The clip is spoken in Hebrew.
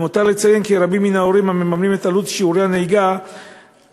למותר לציין כי רבים מן ההורים המממנים את עלות שיעורי הנהיגה באים,